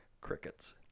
crickets